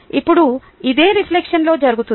ఇప్పుడు ఇదే రిఫ్లెక్షన్లో జరుగుతుంది